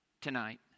tonight